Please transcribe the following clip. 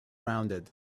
rounded